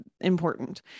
important